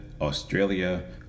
Australia